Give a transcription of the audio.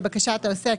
לבקשת העוסק,